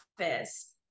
office